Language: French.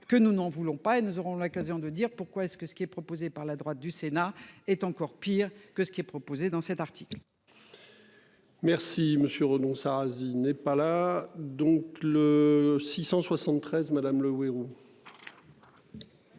que nous n'en voulons pas et nous aurons l'occasion de dire pourquoi est-ce que ce qui est proposé par la droite du Sénat est encore pire que ce qui est proposé dans cet article. Merci monsieur renonce Arazi n'est pas là, donc le 673, madame Le Houerou.